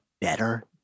better